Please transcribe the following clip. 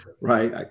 right